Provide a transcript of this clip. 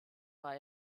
war